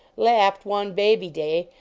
laughed, one baby day,